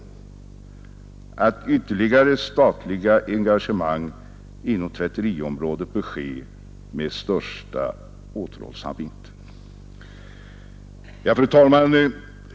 Enligt motionärernas mening ”bör ytterligare statliga engagemang inom tvätteriområdet ske med största återhållsamhet”.